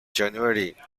january